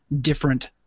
different